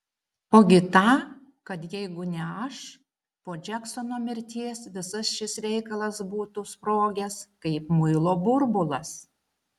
ogi tą kad jeigu ne aš po džeksono mirties visas šis reikalas būtų sprogęs kaip muilo burbulas